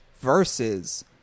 versus